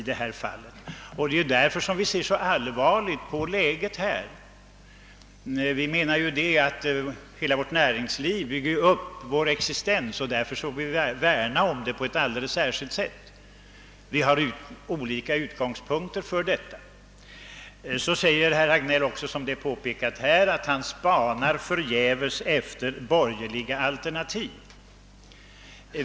Det är just därför som vi ser så allvarligt på läget. Det är näringslivet som bygger upp hela vår existens, och vi vill därför värna om näringslivet på ett alldeles särskilt sätt. Därvidlag har emellertid herr Hagnell och vi olika utgångspunkter. Herr Hagnell säger vidare, som herr Regnéll påpekade, att han förgäves spanat efter borgerliga alternativ.